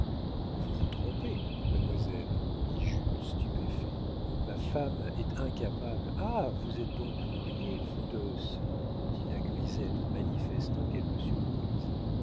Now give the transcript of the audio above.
vous vous trompez mademoiselle dit jules stupéfait ma femme est incapable ah vous êtes donc mariés vous deusse dit la grisette en manifestant quelque surprise